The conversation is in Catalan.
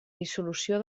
dissolució